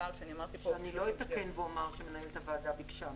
אני לא אתקן ואומר שמנהלת הוועדה ביקשה מכם.